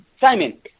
Simon